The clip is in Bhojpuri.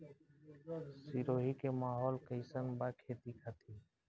सिरोही के माहौल कईसन बा खेती खातिर?